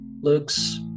looks